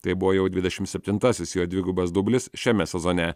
tai buvo jau dvidešimt septintasis jo dvigubas dublis šiame sezone